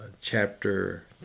chapter